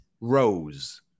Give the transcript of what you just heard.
Rose